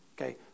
Okay